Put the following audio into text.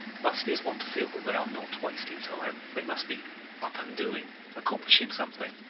musculars want to feel that they are not wasting time. they must be up and doing, accomplishing something.